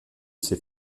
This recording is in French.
ses